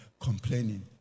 complaining